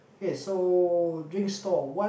okay so drinks stall what